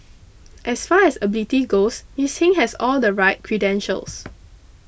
as far as ability goes Miss Hing has all the right credentials